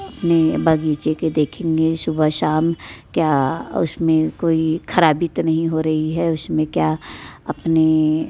अपने बगीचे के देखेंगे सुबह शाम क्या उसमें कोई खराबी तो नहीं हो रही है उसमें क्या अपने